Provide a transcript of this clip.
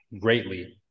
greatly